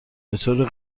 بطور